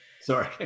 sorry